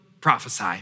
prophesy